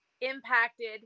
impacted